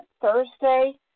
Thursday